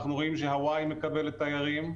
אנחנו רואים שהוואי מקבלת תיירים,